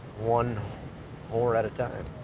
one whore at a time.